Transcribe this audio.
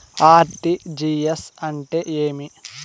RTGS అంటే ఏమి?